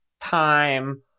time